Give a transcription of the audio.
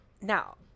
Now